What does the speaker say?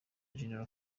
general